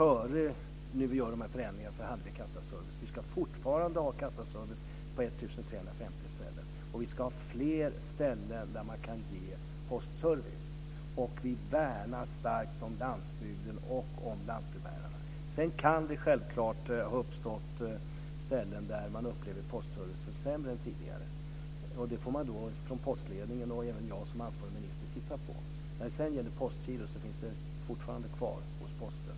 Vi ska fortfarande ha kassaservice på 1 350 ställen, och vi ska ha fler ställen där man kan ge postservice. Vi värnar starkt om landsbygden och om lantbrevbärarna. Sedan kan det självklart finnas ställen där man upplever att postservicen har blivit sämre än tidigare. Det får i så fall postledningen och även jag som ansvarig minister titta på. När det sedan gäller Postgirot finns det fortfarande kvar hos Posten.